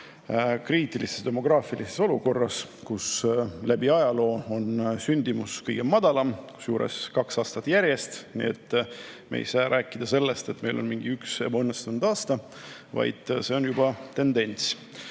kriitilises demograafilises olukorras. Sündimus on läbi ajaloo kõige madalam ja seda kaks aastat järjest. Me ei saa rääkida sellest, et meil on mingi üks ebaõnnestunud aasta, vaid see on juba tendents.